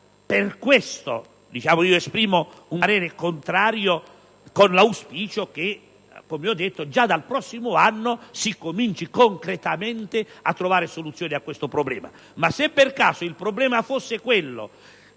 di quei dati. Il mio parere pertanto è contrario, con l'auspicio che, come ho detto, già dal prossimo anno si cominci concretamente a trovare soluzione a questo problema.